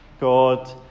God